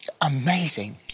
amazing